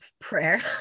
prayer